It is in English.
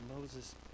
Moses